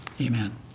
Amen